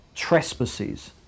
trespasses